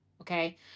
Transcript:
okay